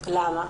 למה?